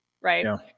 Right